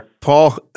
Paul